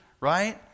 right